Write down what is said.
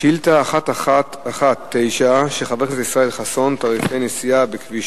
שאילתא 1119, של חבר הכנסת ישראל חסון, לאחר מכן